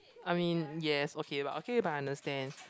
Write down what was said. I mean yes okay but okay but I understand